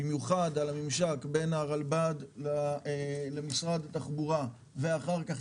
במיוחד על הממשק בין הרלב"ד למשרד התחבורה ואחר כך